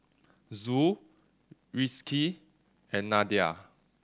Zul Rizqi and Nadia